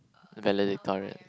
Valedictorian